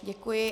Děkuji.